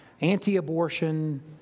anti-abortion